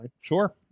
sure